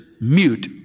mute